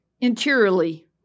interiorly